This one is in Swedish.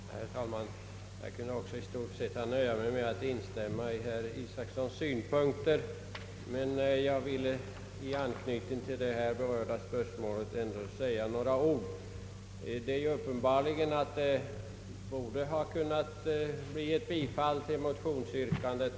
Herr talman! Jag kunde också i stort sett nöja mig med att instämma i herr Isacsons synpunkter, men jag vill i anknytning till det berörda spörsmålet ändå säga några ord. Det är uppenbart att det borde ha kunnat bli ett bifall till motionsyrkandet.